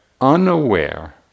unaware